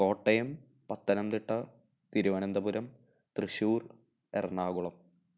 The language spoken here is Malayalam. കോട്ടയം പത്തനംതിട്ട തിരുവനന്തപുരം തൃശൂർ എറണാകുളം